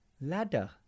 Ladder